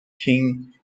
king